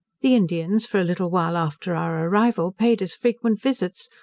the indians for a little while after our arrival paid us frequent visits,